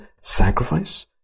sacrifice